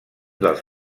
dels